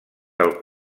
del